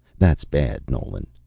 that's bad, nolan.